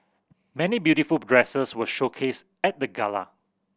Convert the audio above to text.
many beautiful dresses were showcased at the gala